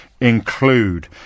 include